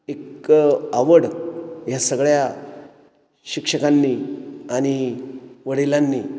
एक आवड ह्या सगळ्या शिक्षकांनी आणि वडिलांनी